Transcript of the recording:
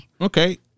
okay